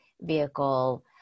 vehicle